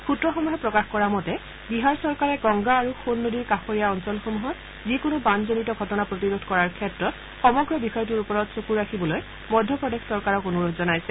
সূত্ৰসমূহে প্ৰকাশ কৰা মতে বিহাৰ চৰকাৰে গংগা আৰু সোণ নদীৰ কাষৰীয়া অঞ্চলসমূহত যিকোনো বানজনিত ঘটনা প্ৰতিৰোধ কৰাৰ ক্ষেত্ৰত সমগ্ৰ বিষয়টোৰ ওপৰত চকু ৰাখিবলৈ মধ্যপ্ৰদেশ চৰকাৰক অনুৰোধ জনাইছে